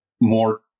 more